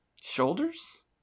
Shoulders